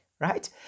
right